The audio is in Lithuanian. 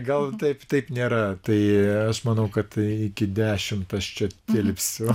gal taip taip nėra tai aš manau kad iki dešimt aš čia tilpsiu